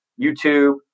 YouTube